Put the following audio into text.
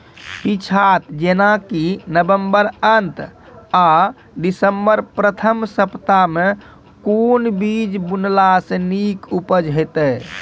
पीछात जेनाकि नवम्बर अंत आ दिसम्बर प्रथम सप्ताह मे कून बीज बुनलास नीक उपज हेते?